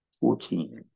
Fourteen